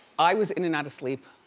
i was in and out of sleep.